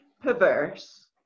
perverse